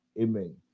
Amen